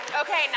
Okay